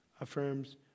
affirms